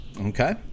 Okay